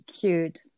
cute